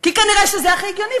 כי כנראה זה הכי הגיוני.